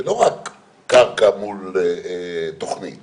כמפורט בסעיף קטן (ג),